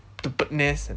the bird nest and